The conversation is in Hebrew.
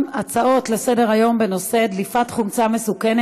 אנחנו עוברים